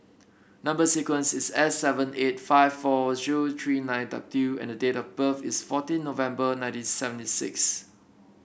number sequence is S seven eight five four zero three nine W and the date of birth is fourteen November nineteen seventy six